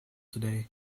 today